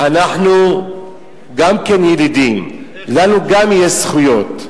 אנחנו גם כן ילידים, גם לנו יש זכויות.